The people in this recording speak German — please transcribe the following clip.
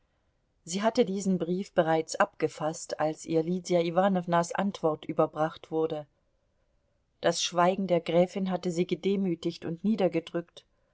sie hatte diesen brief bereits abgefaßt als ihr lydia iwanownas antwort überbracht wurde das schweigen der gräfin hatte sie gedemütigt und niedergedrückt